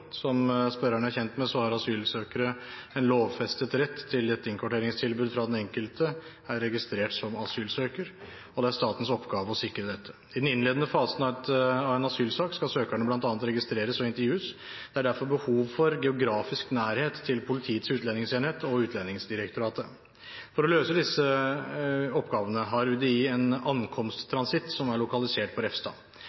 Som spørreren er kjent med, har asylsøkere en lovfestet rett til et innkvarteringstilbud fra den enkelte er registrert som asylsøker, og det er statens oppgave å sikre dette. I den innledende fasen av en asylsak skal søkerne bl.a. registreres og intervjues, det er derfor behov for geografisk nærhet til Politiets utlendingsenhet og Utlendingsdirektoratet. For å løse disse oppgavene har UDI en